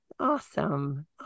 Awesome